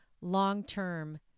long-term